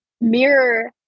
mirror